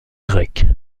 grec